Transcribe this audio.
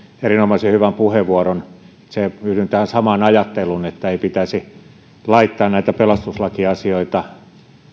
erinomaisen hyvän puheenvuoron yhdyn tähän samaan ajatteluun että ei pitäisi laittaa näitä pelastuslakiasioita